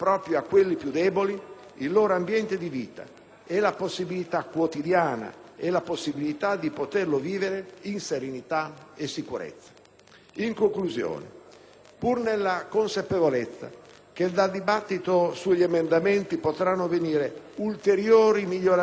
e la possibilità quotidiana di poterlo vivere in serenità e sicurezza. In conclusione, pur nella consapevolezza che dal dibattito sugli emendamenti potranno venire ulteriori miglioramenti e perfezionamenti dell'articolato